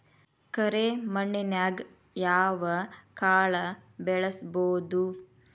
ಕರೆ ಮಣ್ಣನ್ಯಾಗ್ ಯಾವ ಕಾಳ ಬೆಳ್ಸಬೋದು?